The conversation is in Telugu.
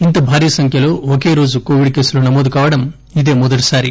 ఇంత భారీ సంఖ్యలో ఒకే రోజు కోవిడ్ కేసులు నమోదు కావటం ఇదే మొదటిసారి